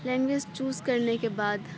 language choose کرنے کے بعد